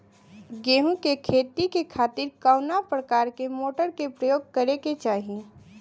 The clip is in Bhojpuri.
गेहूँ के खेती के खातिर कवना प्रकार के मोटर के प्रयोग करे के चाही?